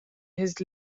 his